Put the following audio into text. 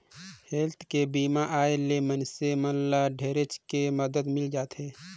health के बीमा आय ले मइनसे मन ल ढेरेच के मदद मिल जाथे